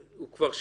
הוא כבר שנה,